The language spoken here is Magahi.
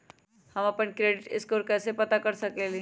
हम अपन क्रेडिट स्कोर कैसे पता कर सकेली?